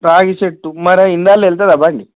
రావి చెట్టు మరే ఇందాల వెళ్తుందా బండి